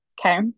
okay